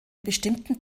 bestimmten